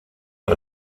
par